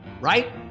Right